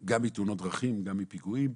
גם מתאונות דרכים, גם מפיגועים.